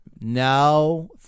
Now